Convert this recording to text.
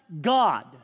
God